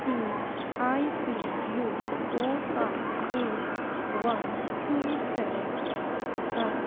T I C U four five eight one two seven I